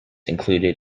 included